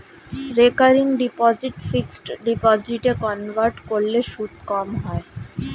recurring deposit fixed ডিপোজিটে convert করলে সুদ কম হয়